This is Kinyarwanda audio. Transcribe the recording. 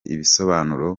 ibisobanuro